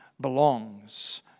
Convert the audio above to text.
belongs